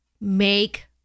make